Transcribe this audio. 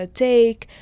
take